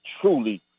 truly